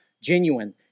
genuine